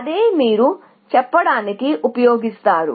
అదే మీరు చెప్పడానికి ఉపయోగిస్తారు